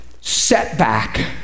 setback